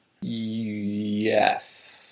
Yes